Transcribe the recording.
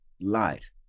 light